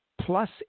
plus